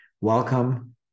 Welcome